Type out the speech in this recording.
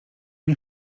nie